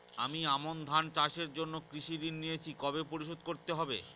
আমি আমন ধান চাষের জন্য কৃষি ঋণ নিয়েছি কবে পরিশোধ করতে হবে?